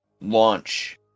launch